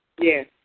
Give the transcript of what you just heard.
Yes